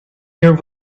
year